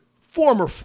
former